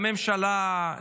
לממשלה,